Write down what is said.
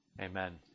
Amen